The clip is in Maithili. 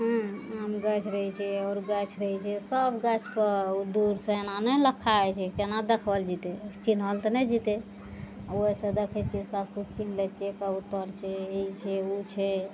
हूँ आम गाछ रहय छै आओर गाछ रहय छै सब गाछ कऽ दूरसँ एना नहि लक्खा होइ छै केना देखल जेतय चिन्हल तऽ नहि जीतय ओइसँ देखय छियै सबकिछु चिन्ह लै छियै कबूतर छै ई छै उ छै